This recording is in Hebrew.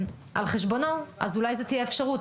על חשבונו אז אולי זו תהיה אפשרות.